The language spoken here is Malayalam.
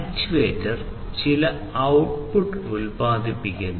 ആക്യുവേറ്റർ ചില ഔട്ട്പുട്ട് ഉത്പാദിപ്പിക്കുന്നു